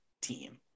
team